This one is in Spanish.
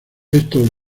estos